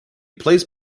plays